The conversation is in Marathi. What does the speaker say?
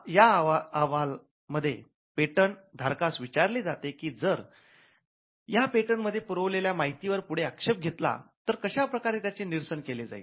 या अहवाल मध्ये पेटंट धारकास विचारले जाते की जर या पेटंट मध्ये पुरवलेल्या माहितीवर पुढे आक्षेप घेतला तर कशा प्रकारे त्याचे निरसन केले जाईल